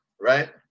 right